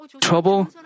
trouble